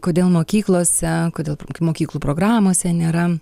kodėl mokyklose kodėl mokyklų programose nėra